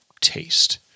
taste